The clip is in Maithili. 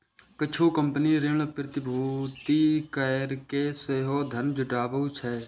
किछु कंपनी ऋण प्रतिभूति कैरके सेहो धन जुटाबै छै